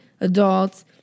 adults